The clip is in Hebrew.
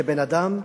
כבן-אדם.